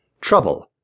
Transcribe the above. trouble